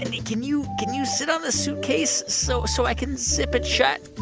mindy, can you can you sit on the suitcase so so i can zip it shut?